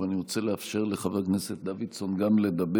אבל אני רוצה לאפשר לחבר הכנסת דוידסון גם לדבר,